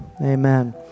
amen